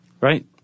right